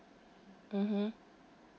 mmhmm